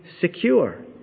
secure